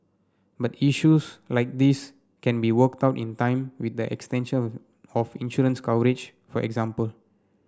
but issues like these can be worked out in time with the extension of of insurance coverage for example